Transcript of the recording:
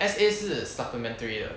S_A 是 supplementary 的